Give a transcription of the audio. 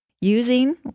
using